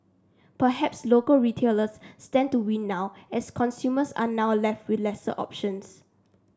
perhaps local retailers stand to win now as consumers are now left with lesser options